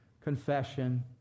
confession